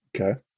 Okay